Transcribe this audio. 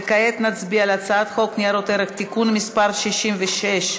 וכעת נצביע על הצעת חוק ניירות ערך (תיקון מס' 66),